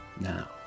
Now